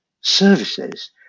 services